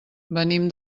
venim